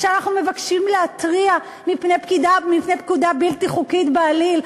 כשאנחנו מבקשים להתריע מפני פקודה בלתי חוקית בעליל,